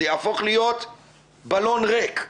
זה יהפוך להיות בלון ריק.